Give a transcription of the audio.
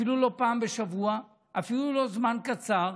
אפילו לא פעם בשבוע, אפילו לא זמן קצר,